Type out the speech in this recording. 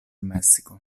messico